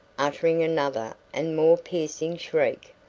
uttering another and more piercing shriek,